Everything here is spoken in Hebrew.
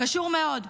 קשור מאוד.